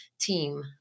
team